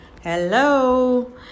Hello